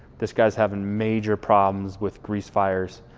this guy's having major problems with grease fires